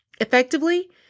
effectively